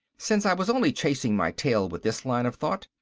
since i was only chasing my tail with this line of thought,